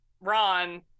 Ron